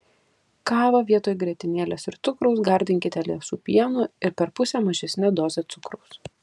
kavą vietoj grietinėlės ir cukraus gardinkite liesu pienu ir per pusę mažesne doze cukraus